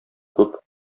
күп